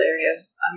hilarious